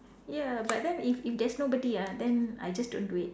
ya but then if if there's nobody ah then I just don't do it